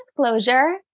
disclosure